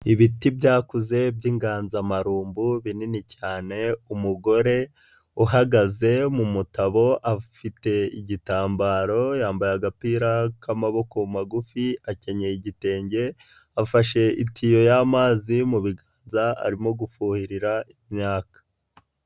Ibiti byakuze by'inganzamarumbu binini cyane, umugore uhagaze mu mutabo afite igitambaro yambaye agapira k'amaboko magufi, akenyeye igitenge afashe itiyo y'amazi mu biganza arimo gufuhirira imyaka.